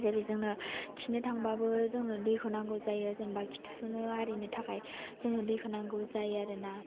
जेरै जोंनो खिनो थांबाबो जोंनो दैखौ नांगौ जायो जेनेबा खिथु सुनो आरिनो थाखाय जोंनो दैखौ नांगौ जायो आरो ना